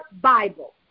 Bible